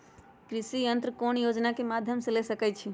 कृषि यंत्र कौन योजना के माध्यम से ले सकैछिए?